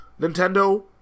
Nintendo